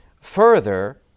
further